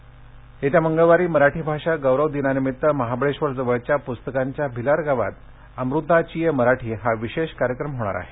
भिलार कार्यक्रमः येत्या मंगळवारी मराठी भाषा गौरवदिनानिमित्त महाबळेश्वर जवळच्या प्स्तकांच्या भिलार गावात अमृताचीये मराठी हा विशेष कार्यक्रम होणार आहे